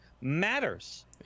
matters